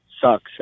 sucks